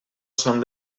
són